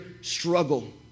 struggle